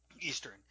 Eastern